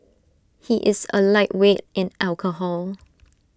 he is A lightweight in alcohol